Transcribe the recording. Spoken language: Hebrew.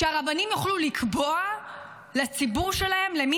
שהרבנים יוכלו לקבוע לציבור שלהם למי